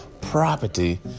property